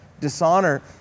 Dishonor